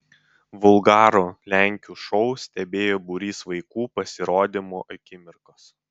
vulgarų lenkių šou stebėjo būrys vaikų pasirodymo akimirkos